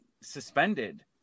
suspended